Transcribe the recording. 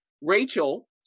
Rachel